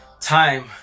Time